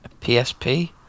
PSP